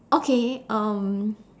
okay um